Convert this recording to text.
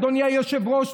אדוני היושב-ראש,